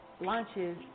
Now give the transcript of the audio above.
launches